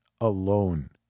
alone